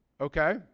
Okay